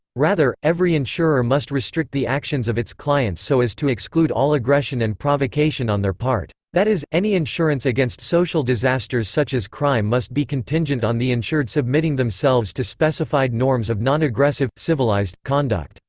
rather, every insurer must restrict the actions of its clients so as to exclude all aggression and provocation on their part. that is, any insurance against social disasters such as crime must be contingent on the insured submitting themselves to specified norms of nonaggressive civilized conduct.